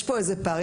יש פה איזה פער,